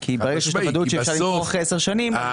כי ברגע שיש ודאות בכך שאפשר למכור אחרי עשר שנים --- בסוף,